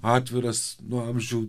atviras nuo amžių